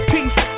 Peace